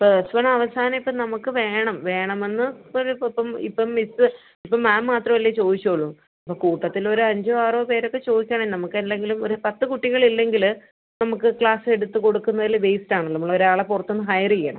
plus വണ്ണവസാനം ഇപ്പം നമുക്ക് വേണം വേണമെന്ന് ഒരു അപ്പം ഇപ്പം മിസ്സ് ഇപ്പം മേം മാത്രമല്ലേ ചോദിച്ചുള്ളൂ കൂട്ടത്തിൽ ഒരു അഞ്ചോ ആറോ പേരൊക്കെ ചോദിച്ചതാണ് നമുക്ക് അല്ലെങ്കിലും ഒര് പത്ത് കുട്ടികളില്ലെങ്കിൽ നമുക്ക് ക്ലാസെടുത്ത് കൊടുക്കുന്നതിൽ വേസ്റ്റാണ് നമ്മൾ ഒരാളെ പുറത്തെന്ന് ഹയർ ചെയ്യണം